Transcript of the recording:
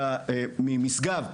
ממשגב,